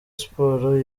sport